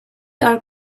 are